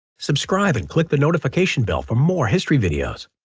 subscribe and click the notification bell for more history videos!